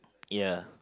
ya